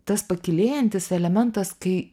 tas pakilėjantis elementas kai